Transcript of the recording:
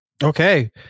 Okay